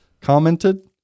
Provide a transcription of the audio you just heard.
commented